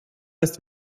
ist